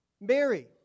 Mary